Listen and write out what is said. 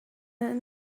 end